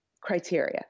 criteria